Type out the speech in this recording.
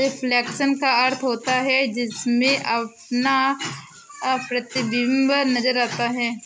reflection का अर्थ होता है जिसमें अपना प्रतिबिंब नजर आता है